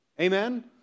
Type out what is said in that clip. Amen